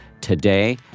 today